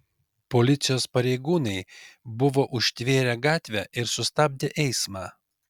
policijos pareigūnai buvo užtvėrę gatvę ir sustabdę eismą